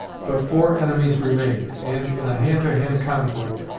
but four enemies remained, and, in a hand to hand conflict,